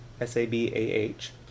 S-A-B-A-H